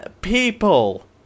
people